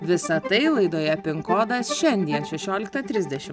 visa tai laidoje pin kodas šiandien šešioliktą trisdešim